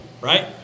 Right